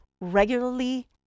regularly